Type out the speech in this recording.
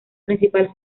principal